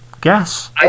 guess